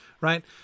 right